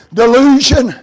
delusion